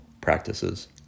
practices